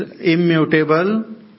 immutable